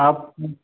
आप